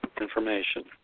information